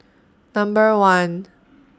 Number one